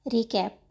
Recap